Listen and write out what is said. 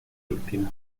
última